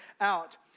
out